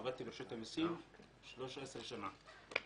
עבדתי ברשות המיסים במשך 13 שנים.